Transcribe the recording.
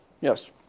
Yes